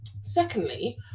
Secondly